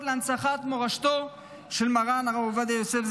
להנצחת מורשתו של מרן הרב עובדיה יוסף,